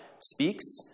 speaks